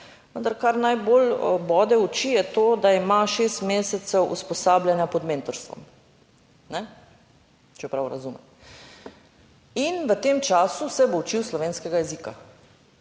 kar najbolj bode v oči, je to, da ima šest mesecev usposabljanja pod mentorstvom, če prav razumem. In v tem času se bo učil slovenskega jezika.